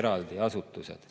eraldi asutused.